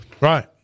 Right